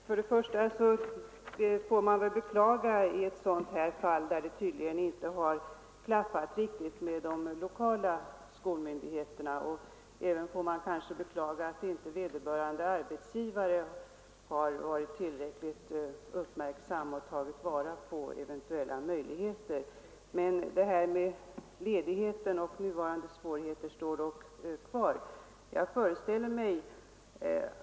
Fru talman! Först och främst får man beklaga att det tydligen i detta fall inte har klaffat riktigt med de lokala skolmyndigheterna, liksom man måste beklaga att vederbörande arbetsgivare kanske inte har varit tillräckligt uppmärksam och tagit vara på de möjligheter som eventuellt har funnits. Problemet med ledigheten och nuvarande svårigheter kvarstår också.